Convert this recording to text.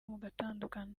mugatandukana